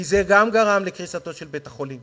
כי גם זה גרם לקריסתו של בית-החולים.